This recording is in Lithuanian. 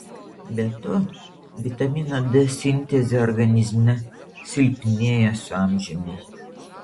be to vitamino d sintezė organizme silpnėja su amžiumi